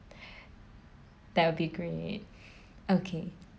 that will be great okay